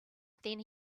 then